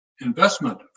investment